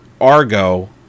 Argo